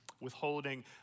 withholding